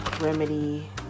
remedy